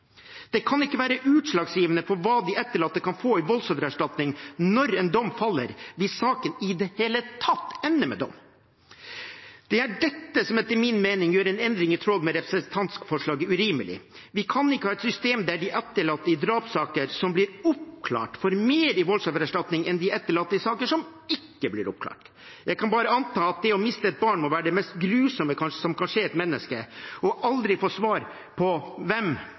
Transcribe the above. Det kan ikke være utslagsgivende for hva de etterlatte kan få i voldsoffererstatning, når en dom faller, hvis saken i det hele tatt ender med dom. Det er dette som etter min mening gjør en endring i tråd med representantforslaget urimelig. Vi kan ikke ha et system der de etterlatte i drapssaker som blir oppklart, får mer i voldsoffererstatning enn de etterlatte i saker som ikke blir oppklart. Jeg kan bare anta at det å miste et barn må være det mest grusomme som kan skje et menneske. Aldri å få svar på hvem